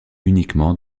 uniquement